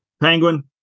Penguin